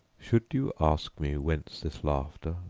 should you ask me whence this laughter,